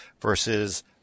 versus